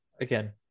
again